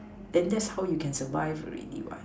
then that's how you can survive already [what]